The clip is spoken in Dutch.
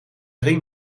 ring